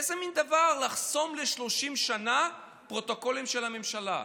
איזה מין דבר זה לחסום ל-30 שנה פרוטוקולים של הממשלה?